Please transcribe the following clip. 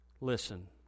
Listen